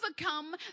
overcome